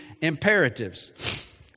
imperatives